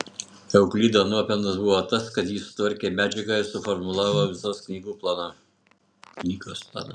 euklido nuopelnas buvo tas kad jis sutvarkė medžiagą ir suformulavo visos knygos planą